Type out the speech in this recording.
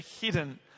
hidden